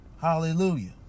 Hallelujah